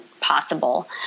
possible